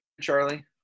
Charlie